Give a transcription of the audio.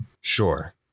Sure